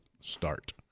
start